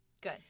Good